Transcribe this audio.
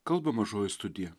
kalba mažoji studija